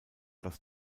das